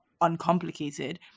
uncomplicated